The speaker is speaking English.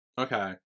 Okay